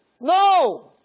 No